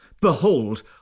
Behold